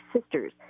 sisters